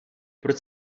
proč